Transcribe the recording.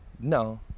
no